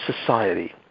society